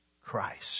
Christ